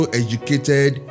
educated